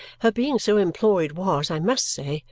her being so employed was, i must say,